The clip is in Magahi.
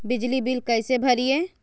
बिजली बिल कैसे भरिए?